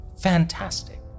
Fantastic